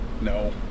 No